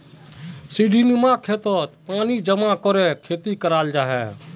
सीढ़ीनुमा खेतोत पानी जमा करे खेती कराल जाहा